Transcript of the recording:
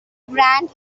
grand